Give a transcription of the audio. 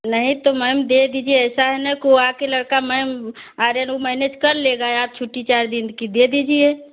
नही तो मैम दे दीजिए ऐसा है न कि आ कर लड़का मैम आर्यन वह मैनेज कर लेगा आप छुट्टी चार दिन की दे मैम